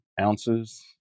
ounces